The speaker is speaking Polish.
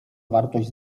wartość